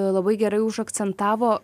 labai gerai užakcentavo